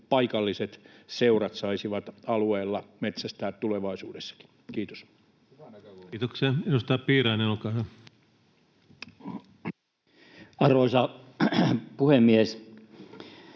paikalliset seurat saisivat alueilla metsästää tulevaisuudessakin. — Kiitos. [Mikko Lundén: Hyvä näkökulma!] Kiitoksia. — Edustaja Piirainen, olkaa hyvä. Arvoisa puhemies!